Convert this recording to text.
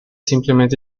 simplemente